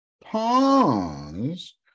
Pause